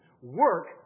Work